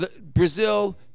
Brazil